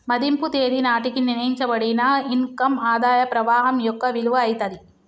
మదింపు తేదీ నాటికి నిర్ణయించబడిన ఇన్ కమ్ ఆదాయ ప్రవాహం యొక్క విలువ అయితాది